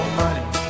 money